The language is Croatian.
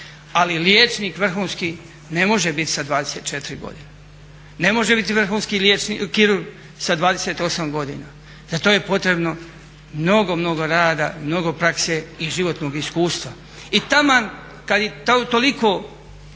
Ali liječnik vrhunski ne može biti sa 24 godine. Ne može biti vrhunski kirurg sa 28 godina. Za to je potrebno mnogo, mnogo rada, mnogo prakse i životnog iskustva. I taman kad ih toliko